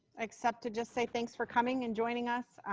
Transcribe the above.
except to just say thanks for coming and joining us.